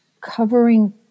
covering